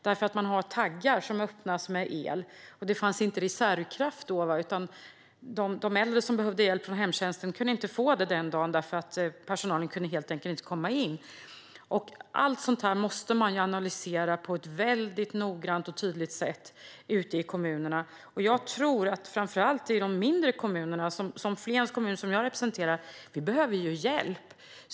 Hemtjänsten har nämligen taggar som öppnar dörrarna med el, och det fanns ingen reservkraft. De äldre som behövde hjälp från hemtjänsten kunde alltså inte få det den dagen, eftersom personalen helt enkelt inte kom in. Allt sådant måste man ju analysera på ett väldigt noggrant och tydligt sätt ute i kommunerna. Jag tror att framför allt de mindre kommunerna - som Flens kommun, som jag representerar - behöver hjälp.